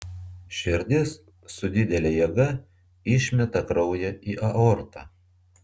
širdis su didele jėga išmeta kraują į aortą